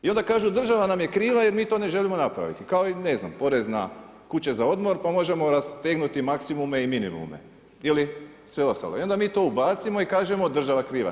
I onda kažu država nam je kriva jer mi to ne želimo napraviti kao i ne znam porez na kuće za odmor pa možemo rastegnuti maksimume i minimume ili sve ostalo i onda mi to ubacimo i kažemo država kriva.